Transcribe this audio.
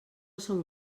som